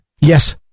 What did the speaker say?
Yes